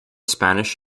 spanish